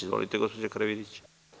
Izvolite, gospođo Karavidić.